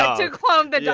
ah to clone but yeah